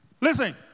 Listen